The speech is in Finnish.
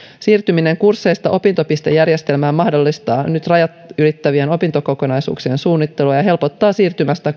siirtyminen kursseista opintopistejärjestelmään mahdollistaa nyt rajat ylittävien opintokokonaisuuksien suunnittelua ja helpottaa siirtymistä